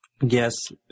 Yes